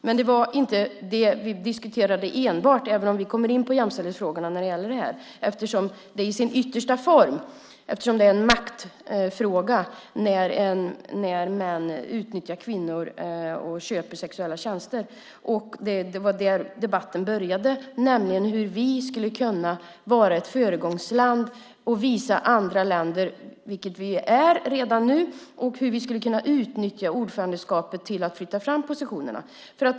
Men det var inte enbart det vi diskuterade, även om vi kommer in på jämställdhetsfrågorna när det gäller det här eftersom det i sin yttersta form är en maktfråga när män utnyttjar kvinnor och köper sexuella tjänster. Det var där debatten började, nämligen hur vi skulle kunna vara ett föregångsland, vilket vi är redan nu, och hur vi skulle kunna utnyttja ordförandeskapet till att flytta fram positionerna.